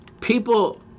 people